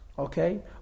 Okay